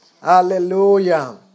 Hallelujah